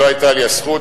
לא היתה לי הזכות,